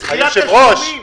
דחיית תשלומים.